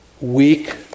weak